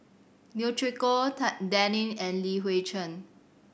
Neo Chwee Kok Dan Ying and Li Hui Cheng